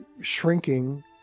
shrinking